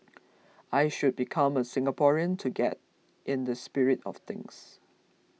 I should become a Singaporean to get in the spirit of things